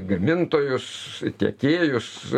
gamintojus tiekėjus